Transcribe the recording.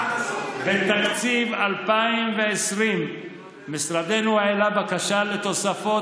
בתקציב 2020 משרדנו העלה בקשה לתוספות